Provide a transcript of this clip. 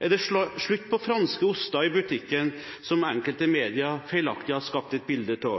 Er det slutt på franske oster i butikken – som enkelte media feilaktig har skapt et bilde av?